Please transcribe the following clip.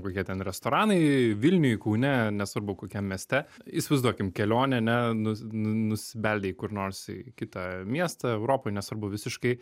kokie ten restoranai vilniuj kaune nesvarbu kokiam mieste įsivaizduokim kelionė ane nu nusibeldei kur nors į kitą miestą europoj nesvarbu visiškai